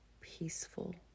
peaceful